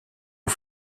aux